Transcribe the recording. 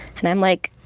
and i'm like,